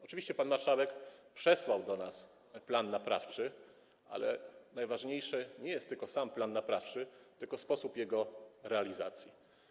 Oczywiście pan marszałek przesłał do nas plan naprawczy, ale najważniejszy nie jest sam plan naprawczy, tylko sposób jego realizacji.